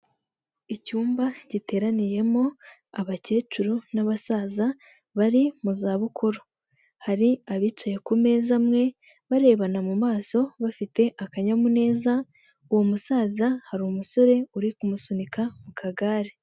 Icyumba giteraniyemo abakecuru n'abasaza bari mu zabukuru, hari abicaye ku meza amwe barebana mu maso bafite akanyamuneza, uwo musaza hari umusore uri kumusunika mu kagare.